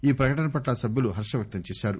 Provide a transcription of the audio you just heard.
ఈ ప్రకటన పట్ల సభ్యులు హర్షం వ్యక్తం చేశారు